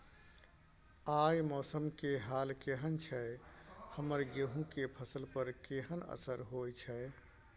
आय मौसम के हाल केहन छै हमर गेहूं के फसल पर केहन असर होय छै?